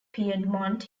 piedmont